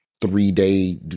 three-day